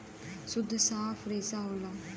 सुद्ध साफ रेसा होला